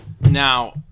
Now